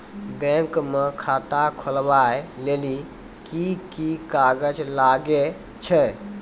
Bank म खाता खोलवाय लेली की की कागज लागै छै?